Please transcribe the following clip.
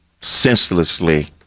senselessly